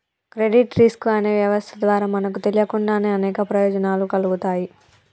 credit risk అనే వ్యవస్థ ద్వారా మనకు తెలియకుండానే అనేక ప్రయోజనాలు కల్గుతాయి